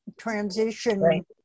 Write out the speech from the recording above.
transition